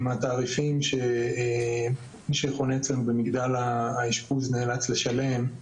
עם התעריפים שמי שחונה אצלנו במגדל האשפוז נאלץ לשלם,